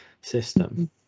system